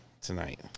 tonight